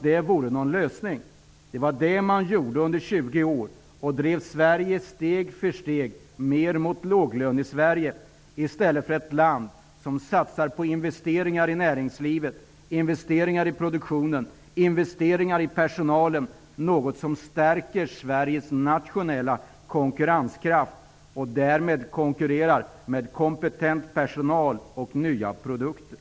Det var det man gjorde under 20 år. Man drev Sverige att bli ett låglöneland, i stället för att göra det till ett land som satsar på investeringar i näringslivet, investeringar i produktionen och investeringar i personalen. Detta skulle ha stärkt Sveriges nationella konkurrenskraft, och därmed skulle vi ha konkurrerat med kompetent personal och nya produkter.